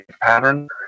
pattern